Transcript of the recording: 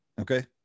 Okay